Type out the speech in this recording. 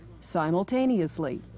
simultaneously